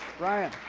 brian.